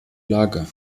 lager